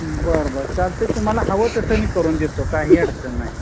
बरं बरं चालतं आहे तुम्हाला हवं तसं मी करून देतो काही अडचण नाही